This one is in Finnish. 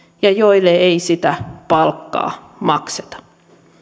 ja joille ei sitä palkkaa makseta